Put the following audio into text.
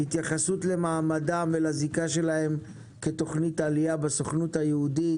התייחסות למעמדם ולזיקה שלהם כתוכנית עלייה בסוכנות היהודית.